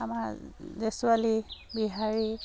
আমাৰ ডেছোৱালী বিহাৰী